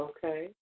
Okay